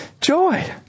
joy